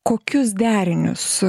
kokius derinius